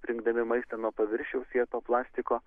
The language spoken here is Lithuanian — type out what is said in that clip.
rinkdami maistą nuo paviršiaus jie to plastiko